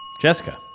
Jessica